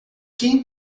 quem